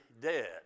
dead